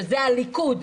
שזה הליכוד,